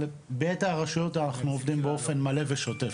אבל, ביתר הרשויות אנחנו עובדים באופן מלא ושוטף.